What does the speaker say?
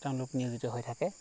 তেওঁলোক নিয়োজিত হৈ থাকে